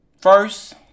First